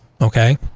Okay